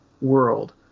world